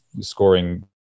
scoring